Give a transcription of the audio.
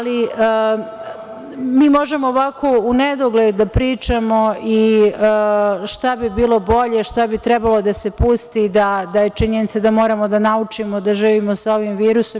Mi možemo ovako u nedogled da pričamo šta bi bilo bolje, šta bi trebalo da se pusti, ali je činjenica da moramo da naučimo da živimo sa ovim virusom.